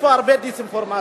יש פה הרבה דיסאינפורמציה.